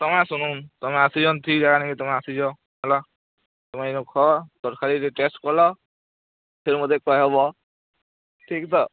ତୁମେ ଆସୁନୁନ୍ ତୁମେ ଆସିଛନ୍ ଠିକ୍ ଜାଗା ଦେଖି ତୁମେ ଆସିଛ ହେଲା ତୁମେ ଇନୁ ଖଅ ତରକାରୀ ଯେ ଟେଷ୍ଟ୍ ଫେର୍ ମୋତେ କହିବ ଠିକ୍ ତ